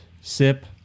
sip